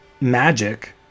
magic